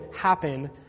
happen